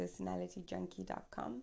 personalityjunkie.com